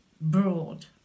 broad